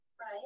Right